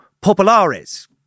Populares